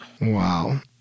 Wow